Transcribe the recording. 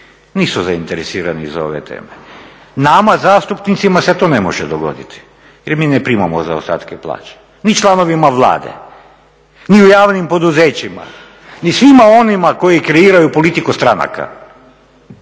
nisu zainteresirani za ove teme. Nama zastupnicima se to ne može dogoditi jer mi ne primamo zaostatke plaća, ni članovima Vlade, ni u javnim poduzećima, ni svima onima koji kreiraju politiku stranaka,.